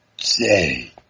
say